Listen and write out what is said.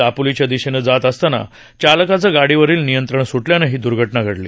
दापोलीच्या दिशेनं जात असताना चालकाचं गाडीवरील नियंत्रण सुटल्यानं ही दुर्घटना घडली